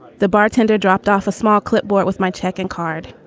the bartender dropped off a small clipboard with my check and card.